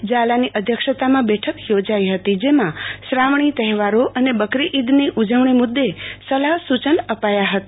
ઝાલાની અધ્યક્ષતામાં બેઠક યોજાઈ હતી જેમાં શ્રાવણી તહેવારો અને બકરી ઈદની ઉજવણી મુદ્દે સલાહ સૂચન અપાયા હતા